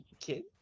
kid